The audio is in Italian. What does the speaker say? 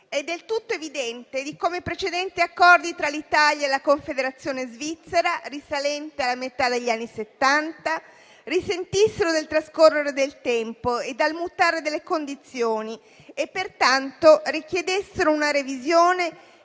È del tutto evidente di come precedenti accordi tra l'Italia e la Confederazione svizzera, risalenti alla metà degli anni Settanta, risentissero del trascorrere del tempo e del mutare delle condizioni e, pertanto, richiedessero una revisione